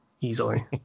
easily